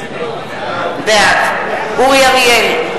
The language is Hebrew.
בעד אורי אריאל,